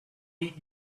eat